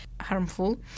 harmful